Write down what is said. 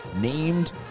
named